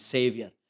Savior